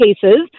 cases